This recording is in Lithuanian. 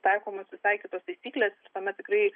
taikomos visai kitos taisyklės tuomet tikrai